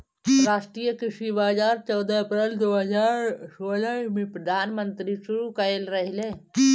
राष्ट्रीय कृषि बाजार चौदह अप्रैल दो हज़ार सोलह में प्रधानमंत्री शुरू कईले रहले